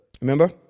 Remember